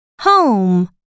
home